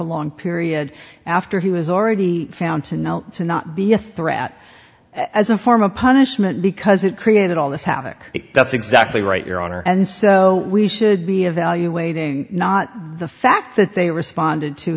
prolonged period after he was already found to know to not be a threat as a form of punishment because it created all this havoc that's exactly right your honor and so we should be evaluating not the fact that they responded to